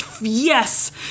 yes